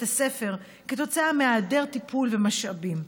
הספר כתוצאה מהיעדר טיפול ומשאבים.